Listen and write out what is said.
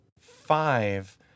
five